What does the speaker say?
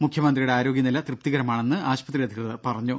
മുഖ്യമന്ത്രിയുടെ ആരോഗ്യനില തൃപ്തികരമാണെന്ന് ആശുപത്രി അധികൃതർ പറഞ്ഞു